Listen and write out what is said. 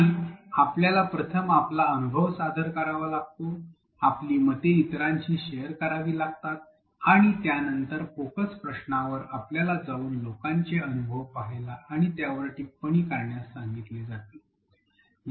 आणि आपल्याला प्रथम आपला अनुभव सादर करावा लागतो आपली मते इतरांशी शेअर करावी लागतात आणि त्यानंतर फोकस प्रश्नावर आपल्याला जाऊन इतर लोकांचे अनुभव पहायला आणि त्यावर टिप्पणी करण्यास सांगितले जाते